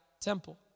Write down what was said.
temple